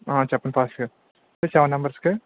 చెప్పండి ఫాస్ట్గా సెవెన్ మెంబర్స్కి